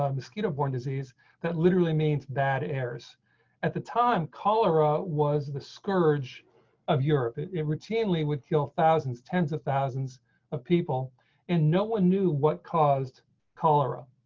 ah mosquito borne disease that literally means bad airs at the time cholera was the scourge of europe it it routinely would kill thousands ten s of thousands of people and no one knew what caused cholera.